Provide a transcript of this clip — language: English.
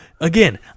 Again